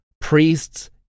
priests